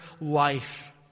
life